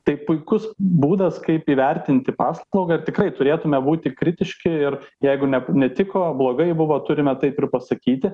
tai puikus būdas kaip įvertinti paslaugą tikrai turėtumėme būti kritiški ir jeigu ne netiko blogai buvo turime taip ir pasakyti